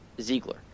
Ziegler